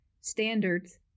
standards